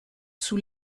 sous